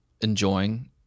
enjoying